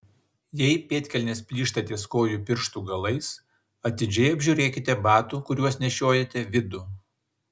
jei pėdkelnės plyšta ties kojų pirštų galais atidžiai apžiūrėkite batų kuriuos nešiojate vidų